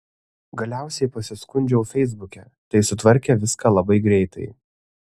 galiausiai pasiskundžiau feisbuke tai sutvarkė viską labai greitai